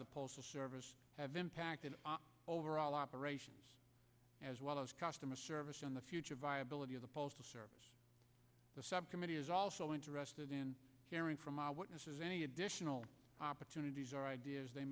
the postal service have impacted overall operations as well as customer service in the future viability of the postal service the subcommittee is also interested in hearing from eyewitnesses any additional opportunities or ideas they